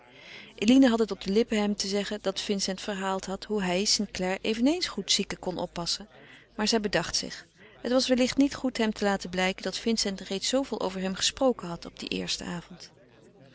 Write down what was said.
eline had het op de lippen hem te zeggen dat vincent verhaald had hoe hij st clare eveneens goed zieken kon oppassen maar zij bedacht zich het was wellicht niet goed hem te laten blijken dat vincent reeds zooveel over hem gesproken had op dien eersten avond